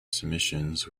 submissions